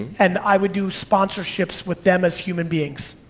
and i would do sponsorships with them as human beings.